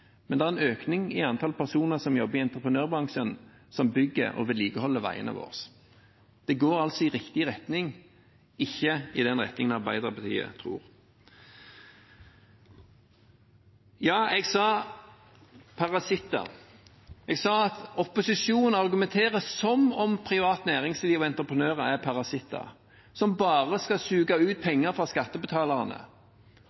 men det er en økning i antall personer som jobber i entreprenørbransjen, som bygger og vedlikeholder veiene våre. Det går altså i riktig retning, ikke i den retningen Arbeiderpartiet tror. Ja, jeg sa «parasitter». Jeg sa at opposisjonen argumenterer som om privat næringsliv og entreprenører er parasitter som bare skal suge